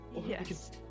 Yes